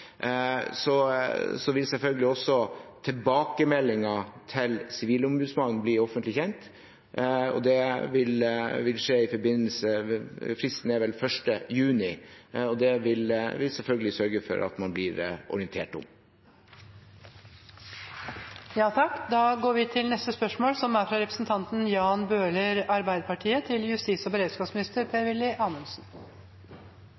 Så vil selvfølgelig også tilbakemeldinger til Sivilombudsmannen bli offentlig kjent. Fristen er vel 1. juni. Det vil vi selvfølgelig sørge for at man blir orientert om. Vi går til spørsmål 15. Jeg vil gjerne stille følgende spørsmål til justis- og